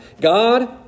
God